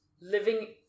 living